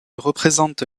représente